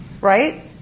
Right